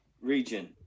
region